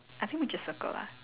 I think we just circle lah